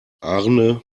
arne